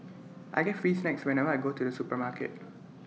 I get free snacks whenever I go to the supermarket